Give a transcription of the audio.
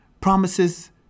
promises